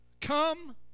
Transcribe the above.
come